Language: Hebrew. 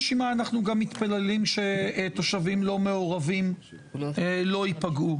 נשימה אנחנו גם מתפללים שתושבים לא מעורבים לא ייפגעו.